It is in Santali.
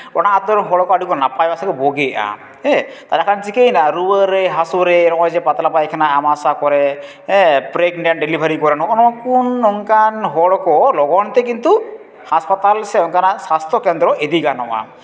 ᱚᱱᱟ ᱟᱛᱳᱨᱮᱱ ᱦᱚᱲ ᱠᱚ ᱟᱹᱰᱤ ᱠᱚ ᱱᱟᱯᱟᱭᱚᱜᱼᱟ ᱥᱮ ᱵᱩᱜᱤᱜᱼᱟ ᱛᱟᱦᱚᱞᱮ ᱠᱷᱟᱱ ᱪᱤᱠᱟᱹᱭᱱᱟ ᱨᱩᱣᱟᱹ ᱨᱮ ᱦᱟᱹᱥᱩ ᱨᱮ ᱱᱚᱜᱼᱚᱭ ᱡᱮ ᱯᱟᱛᱞᱟ ᱯᱟᱭᱠᱷᱟᱱᱟ ᱟᱢᱟᱥᱟ ᱠᱚᱨᱮ ᱦᱮᱸ ᱯᱨᱮᱜᱽᱱᱮᱱᱴ ᱰᱮᱞᱤᱵᱷᱟᱨᱤ ᱠᱚᱨᱮ ᱱᱚᱜᱼᱚᱭ ᱱᱚᱣᱟ ᱠᱚ ᱱᱚᱝᱠᱟᱱ ᱦᱚᱲ ᱠᱚ ᱞᱚᱜᱚᱱ ᱛᱮ ᱠᱤᱱᱛᱩ ᱦᱟᱥᱯᱟᱛᱟᱞ ᱥᱮ ᱚᱱᱠᱟᱱᱟᱜ ᱥᱟᱥᱛᱷᱚ ᱠᱮᱱᱫᱨᱚ ᱤᱫᱤ ᱜᱟᱱᱚᱜᱼᱟ